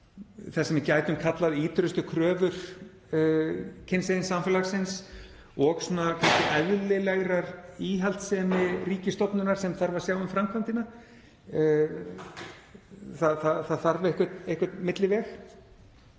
þess sem við gætum kallað ýtrustu kröfur kynsegin samfélagsins og eðlilegrar íhaldssemi ríkisstofnunar sem þarf að sjá um framkvæmdina. Það þarf einhvern milliveg.